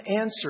answer